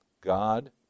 God